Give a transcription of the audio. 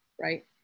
Right